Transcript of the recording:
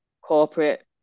corporate